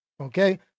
Okay